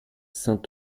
saint